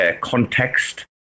context